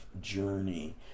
journey